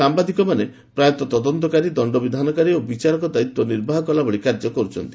ସାମ୍ଭାଦିକମାନେ ପ୍ରାୟତଃ ତଦନ୍ତକାରୀ ଦଣ୍ଡବିଧାନକାରୀ ଓ ବିଚାରକ ଦାୟିତ୍ୱ ନିର୍ବାହ କଲାଭଳି କାର୍ଯ୍ୟ କରୁଛନ୍ତି